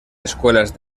escuelas